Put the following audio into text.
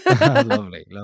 lovely